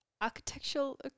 architectural